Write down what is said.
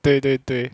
对对对